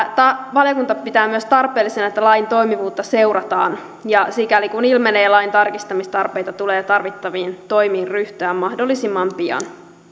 valiokunta pitää myös tarpeellisena että lain toimivuutta seurataan ja sikäli kuin ilmenee lain tarkistamistarpeita tulee tarvittaviin toimiin ryhtyä mahdollisimman pian